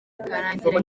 bikarangira